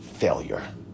Failure